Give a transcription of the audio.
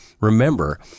remember